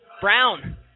Brown